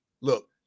look